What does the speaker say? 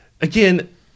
again